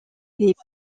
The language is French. des